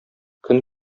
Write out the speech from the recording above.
көн